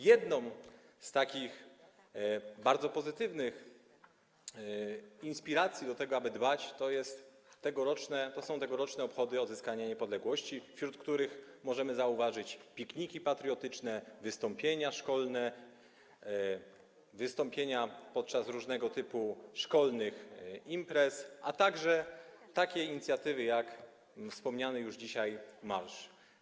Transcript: Jedną z takich bardzo pozytywnych inspiracji do tego, aby o nią dbać, są tegoroczne obchody rocznicy odzyskania niepodległości, w ramach których możemy zauważyć pikniki patriotyczne, wystąpienia szkolne, wystąpienia podczas różnego typu szkolnych imprez, a także takie inicjatywy jak wspomniany już dzisiaj marsz.